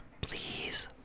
Please